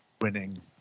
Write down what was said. winning